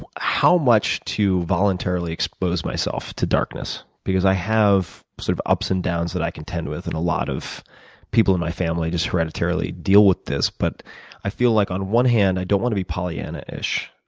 how much to voluntarily expose myself to darkness. because i have sort of ups and downs that i contend with and a lot of people in my family just hereditarily deal with this. but i feel like on one hand i don't want to be pollyanna-ish.